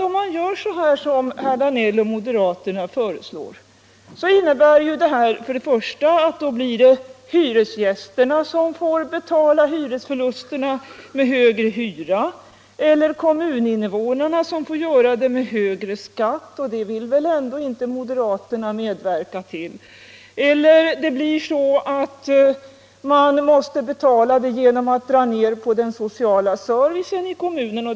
Om man gör så som herr Danell och moderaterna föreslår, så innebär det att hyresgästerna får betala hyresförlusterna med högre hyror. Eller också blir det kommuninvånarna som får betala med högre skatt. Och det vill väl ändå inte moderaterna medverka till? Eller också får kostnaderna betalas genom att man drar ner på den kommunala servicen i kommunen.